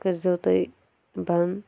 کٔرۍ زیٚو تُہۍ بنٛد